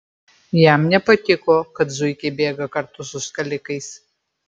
jam nepatiko kad zuikiai bėga kartu su skalikais